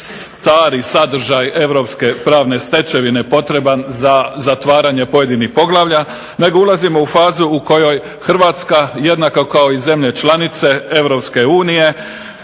stari sadržaj europske pravne stečevine potreban za zatvaranje pojedinih poglavlja, nego ulazimo u fazu u kojoj HRvatska jednako kao i zemlje članice EU dostiže